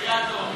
בחייאת, אורן.